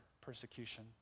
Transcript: persecution